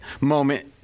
moment